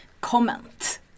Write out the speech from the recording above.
comment